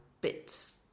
bits